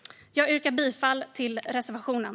Jag yrkar bifall till reservationen.